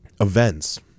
events